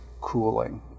cooling